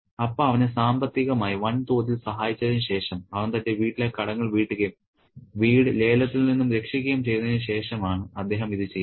അപ്പ അവനെ സാമ്പത്തികമായി വൻതോതിൽ സഹായിച്ചതിന് ശേഷം അവൻ തന്റെ വീട്ടിലെ കടങ്ങൾ വീട്ടുകയും വീട് ലേലത്തിൽ നിന്നും രക്ഷിക്കുകയും ചെയ്തതിന് ശേഷമാണ് അദ്ദേഹം ഇത് ചെയ്യുന്നത്